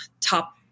top